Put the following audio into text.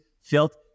felt